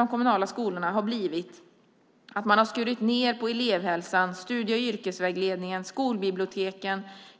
de kommunala skolorna har blivit att man har skurit ned på elevhälsan, studie och yrkesvägledning och skolbiblioteken.